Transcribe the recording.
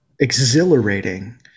exhilarating